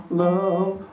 love